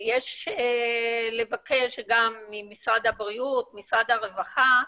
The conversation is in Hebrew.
יש לבקש גם ממשרד הבריאות, משרד הרווחה,